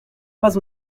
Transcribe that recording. pas